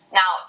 now